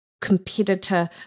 competitor